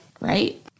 Right